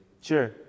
Sure